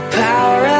power